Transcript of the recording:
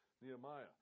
Nehemiah